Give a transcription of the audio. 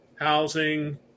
Housing